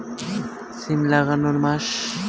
সিম লাগানোর মাস?